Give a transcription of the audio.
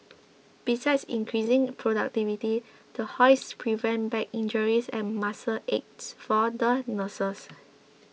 besides increasing productivity the hoists prevent back injuries and muscle aches for the nurses